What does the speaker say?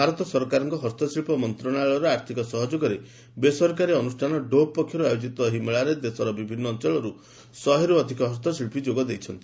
ଭାରତ ସରକାରଙ୍କ ହସ୍ତଶିଳ ମନ୍ତଶାଳୟର ଆର୍ଥିକ ସହଯୋଗରେ ବେସରକାରୀ ଅନୁଷାନ ଡ଼ୋଭ ପକ୍ଷରୁ ଆୟୋଜିତ ଏହି ମେଳାରେ ଦେଶର ବିଭିନ୍ନ ଅଂଚଳରୁ ଶହେରୁ ଅଧିକ ହସ୍ତଶିଚ୍ଚୀ ଯୋଗ ଦେଇଛନ୍ତି